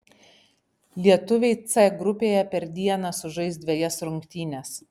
lietuviai c grupėje per dieną sužais dvejas rungtynes